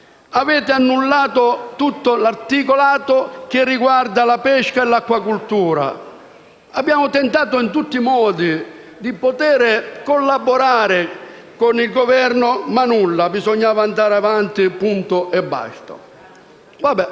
Avete annullato tutto l'articolato che riguarda la pesca e l'acquicoltura. Abbiamo tentato in tutti i modi di poter collaborare con il Governo, ma nulla. Bisognava andare avanti e basta. Avete